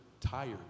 tired